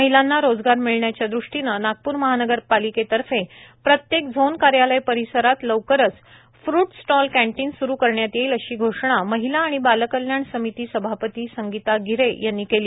महिलांना रोजगार मिळण्याच्या ृष्टीने नागपूर महानगरपालिकेतर्फे प्रत्येक झोन कार्यालय परिसरात लवकरच फ्रूट स्टॉल कॅन्टीन स्रू करण्यात येईल अशी घोषणा महिला व बालकल्याण समिती सभापती संगीता गि हे यांनी केली